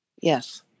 Yes